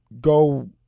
go